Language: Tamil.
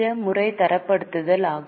பிற முறை தரப்படுத்தல் ஆகும்